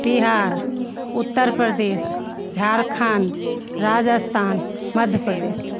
Bihar Uttar Pradesh Jharkhand Rajasthan Madhya Pradesh